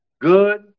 good